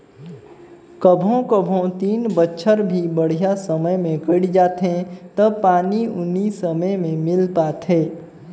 कभों कभों तीन बच्छर भी बड़िहा समय मे कइट जाथें त पानी उनी समे मे मिल पाथे